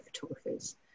photographers